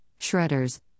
shredders